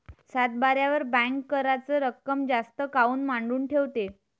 सातबाऱ्यावर बँक कराच रक्कम जास्त काऊन मांडून ठेवते?